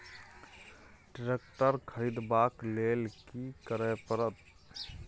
Tractor खरीदबाक लेल की करय परत?